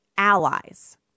allies